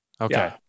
Okay